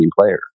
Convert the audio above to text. player